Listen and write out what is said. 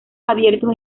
abiertos